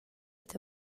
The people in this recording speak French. est